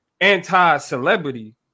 anti-celebrity